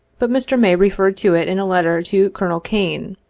but mr. may referred to it in a letter to colonel kane,